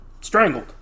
strangled